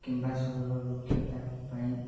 କିମ୍ବା ସ୍ଵରର ରୃକ୍ଷତା ପାଇଁ